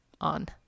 on